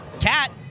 Cat